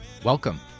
Welcome